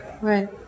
Right